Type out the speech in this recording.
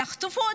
יחטפו אותי,